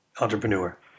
entrepreneur